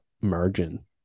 margin